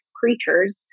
creatures